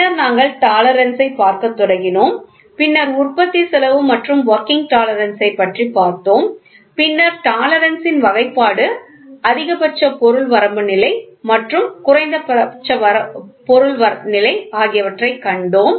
பின்னர் நாங்கள் டாலரன்ஸ் ஐ பார்க்கத் தொடங்கினோம் பின்னர் உற்பத்தி செலவு மற்றும் வொர்கிங் டாலரன்ஸ் பற்றி பார்த்தோம் பின்னர் டாலரன்ஸ் இன் வகைப்பாடு அதிகபட்ச பொருள் வரம்பு நிலை மற்றும் குறைந்தபட்ச பொருள் நிலை ஆகியவற்றைக் கண்டோம்